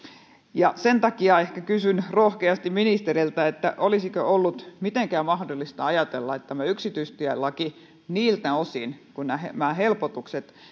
sen takia ehkä kysyn rohkeasti ministeriltä olisiko ollut mitenkään mahdollista ajatella että tämä yksityistielaki niiltä osin kuin se koskee helpotuksia